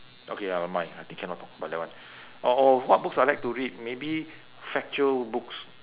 okay never mind I think cannot talk about that one or what books I like to read maybe factual books